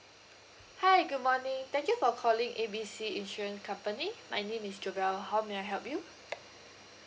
hi good morning thank you for calling A B C insurance company my name is joel how may I help you